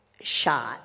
shot